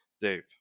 Dave